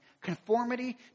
conformity